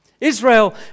Israel